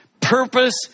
purpose